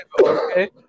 okay